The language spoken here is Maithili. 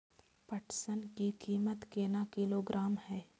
पटसन की कीमत केना किलोग्राम हय?